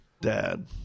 dad